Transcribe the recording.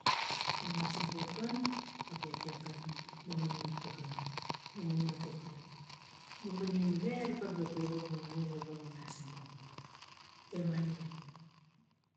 Gagas buong kan, ga betieng bumaning pagea bumaning kekep bumaning mirie pageap la ba gagas buong, temaieng.